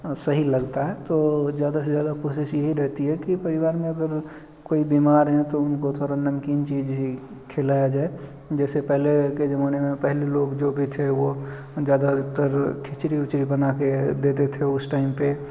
सही लगता है तो ज़्यादा से ज़्यादा कोशिश यही रहती है कि परिवार में अगर कोई बीमार है तो उनको थोड़ा नमकीन चीज ही खिलाया जाए जैसे पहले के जमाने में पहले लोग जो भी थे वो ज़्यादातर खिचड़ी विचड़ी बना के देते थे उस टाइम पे